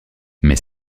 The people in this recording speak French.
mais